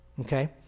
okay